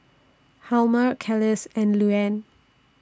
Hjalmer Kelis and Luanne